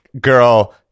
Girl